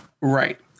Right